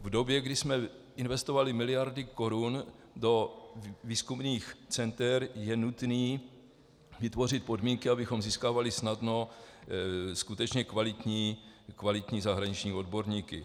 V době, kdy jsme investovali miliardy korun do výzkumných center, je nutné vytvořit podmínky, abychom získávali snadno skutečně kvalitní zahraniční odborníky.